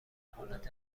حالت